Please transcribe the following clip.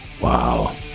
Wow